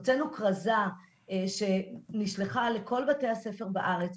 הוצאנו כרזה שנשלחה לכל בתי הספר בארץ,